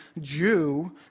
Jew